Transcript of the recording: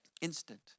instant